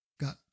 got